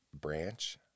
branch